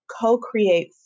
co-create